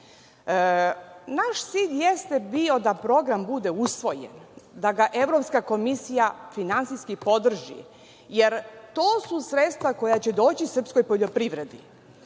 Naš cilj jeste bio da program bude usvojen, da ga Evropska komisija finansijski podrži, jer to su sredstva koja će doći srpskoj poljoprivredi.